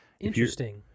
interesting